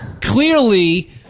Clearly